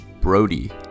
Brody